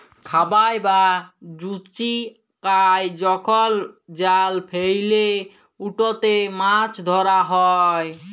খাবাই বা জুচিকাই যখল জাল ফেইলে উটতে মাছ ধরা হ্যয়